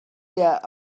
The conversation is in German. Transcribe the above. der